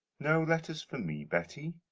no letters for me, betty?